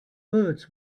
birds